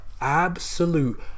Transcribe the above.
absolute